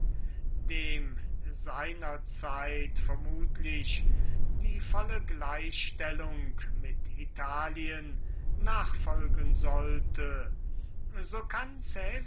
dem seiner zeit vermutlich die volle gleichstellung mit italien nachfolgen sollte so kann